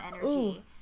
energy